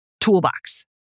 toolbox